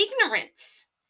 ignorance